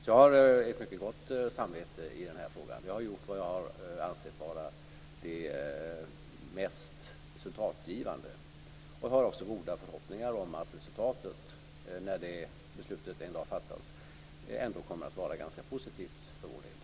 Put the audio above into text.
Jag har ett mycket gott samvete i denna fråga. Jag har gjort vad jag har ansett vara det mest resultatgivande och har också goda förhoppningar om att resultatet, när beslutet en dag fattas, ändå kommer att vara ganska positivt för vår del.